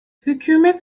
hükümet